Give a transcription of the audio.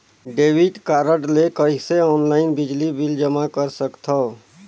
Debit card ले कइसे online बिजली बिल जमा कर सकथव?